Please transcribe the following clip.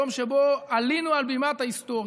היום שבו עלינו על בימת ההיסטוריה.